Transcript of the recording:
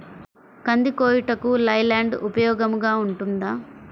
కంది కోయుటకు లై ల్యాండ్ ఉపయోగముగా ఉంటుందా?